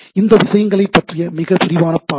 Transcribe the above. இது விஷயங்களைப் பற்றிய மிக விரிவான பார்வை